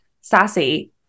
sassy